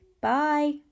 Bye